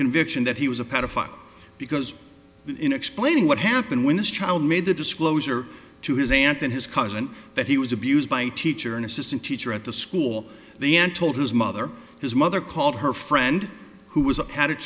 conviction that he was a pedophile because in explaining what happened when this child made the disclosure to his aunt and his cousin that he was abused by a teacher an assistant teacher at the school the aunt told his mother his mother called her friend who was a had